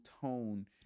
tone